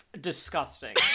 disgusting